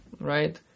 right